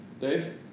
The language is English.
Dave